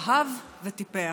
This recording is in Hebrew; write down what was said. אהב וטיפח.